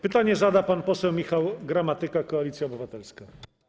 Pytanie zada pan poseł Michał Gramatyka, Koalicja Obywatelska.